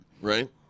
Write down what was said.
Right